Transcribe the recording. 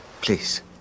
Please